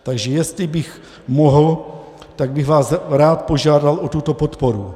Takže jestli bych mohl, tak bych vás rád požádal o tuto podporu.